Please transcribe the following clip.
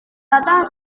datang